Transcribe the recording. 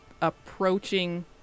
approaching